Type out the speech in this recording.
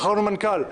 בחרנו מנכ"ל.